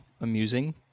amusing